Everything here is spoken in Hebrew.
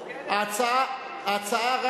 ההצעה,